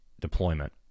deployment